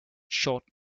short